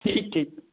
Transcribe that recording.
ठीक ठीक